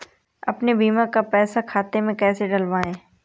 अपने बीमा का पैसा खाते में कैसे डलवाए?